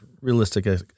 realistic